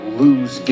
lose